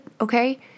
okay